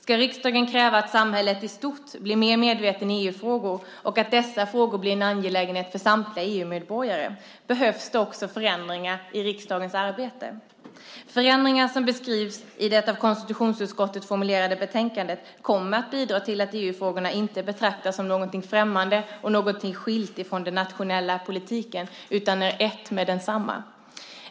Ska riksdagen kräva att samhället i stort blir mer medvetet i EU-frågor och att dessa frågor blir en angelägenhet för samtliga EU-medborgare behövs det också förändringar i riksdagens arbete. Förändringar som beskrivs i det av konstitutionsutskottet formulerade betänkandet kommer att bidra till att EU-frågorna inte betraktas som någonting främmande och någonting skilt från den nationella politiken utan är ett med densamma.